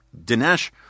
Dinesh